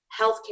healthcare